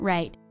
Right